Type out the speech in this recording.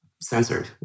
censored